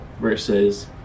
versus